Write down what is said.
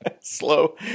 Slow